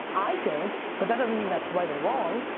i don't, but that doesn't mean that's right or wrong